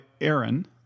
Aaron